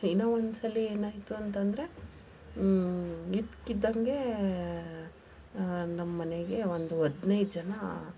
ಇನ್ನೂ ಒಂದು ಸಲ ಏನಾಯಿತು ಅಂತಂದರೆ ಇದ್ದಕ್ಕಿದ್ದಂಗೆ ನಮ್ಮ ಮನೆಗೆ ಒಂದು ಹದಿನೈದು ಜನ